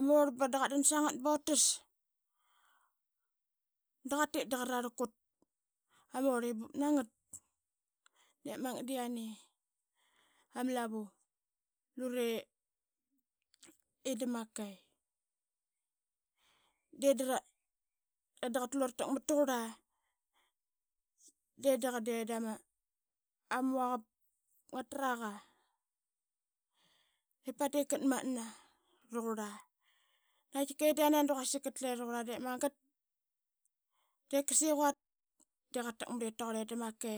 Orl da qatdan sangat botas. Da qatit da qa rarlgut na ma orl i bup nangat, de magat da i yani ama lavu lure i da make de dra, qatlu ratakmat taqurla de da qa ma muaqavap ngatraqa ip padip katmatna raqurla. Qaitkika i da yane da quasik katle raqurla de magat de kasiquat de qatakmat taqurl i da make